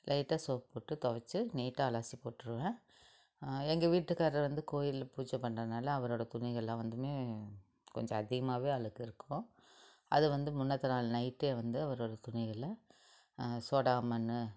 லைட்டாக சோப்பு போட்டு துவைச்சி நீட்டாக அலசிப்போட்டிருவேன் எங்கள் வீட்டுக்காரரு வந்து கோயில்ல பூஜெய் பண்றதனால அவரோடய துணிகள்லாம் வந்துமே கொஞ்சம் அதிகமாகவே அழுக்கு இருக்கும் அது வந்து முன்னத்து நாள் நைட்டே வந்து அவரோடய துணிகளை சோடா மண்